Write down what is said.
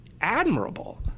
admirable